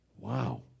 Wow